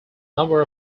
number